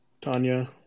Tanya